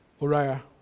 Uriah